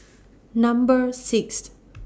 Number six